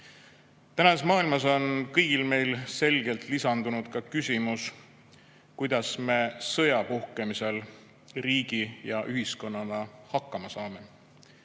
maailmas on kõigil meil selgelt lisandunud ka küsimus, kuidas me sõja puhkemisel riigi ja ühiskonnana hakkama saame.